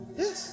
Yes